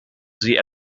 sie